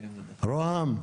רה"מ?